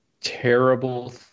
terrible